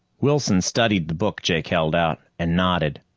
wilson studied the book jake held out, and nodded.